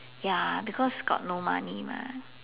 ya because got no money mah